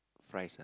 fries ah